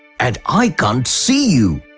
and i can't see you!